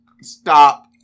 Stop